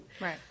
Right